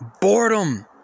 boredom